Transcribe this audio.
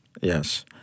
Yes